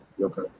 Okay